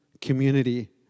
community